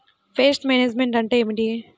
Pest management అంటే ఏమిటి?